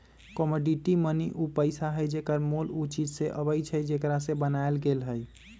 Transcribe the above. commodity money उ पइसा हइ जेकर मोल उ चीज से अबइ छइ जेकरा से बनायल गेल हइ